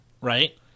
right